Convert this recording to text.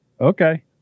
Okay